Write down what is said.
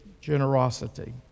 generosity